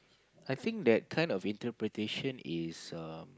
I think that kind of interpretation is err